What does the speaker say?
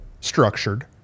structured